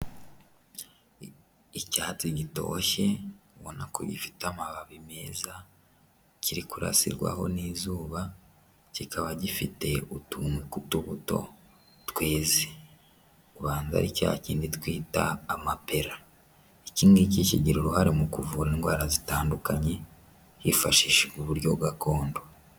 Icyatsi gitoshye ubona ko gifite amababi meza, kiri kurasirwaho n'izuba, kikaba gifite utuntu tw'utubuto tweze ubanza ari cya kindi twita amapera. Iki ngiki kigira uruhare mu kuvura indwara zitandukanye hifashishijwe uburyo gakondo.